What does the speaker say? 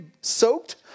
soaked